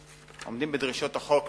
שעומדים בדרישות החוק,